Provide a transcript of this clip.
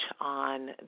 on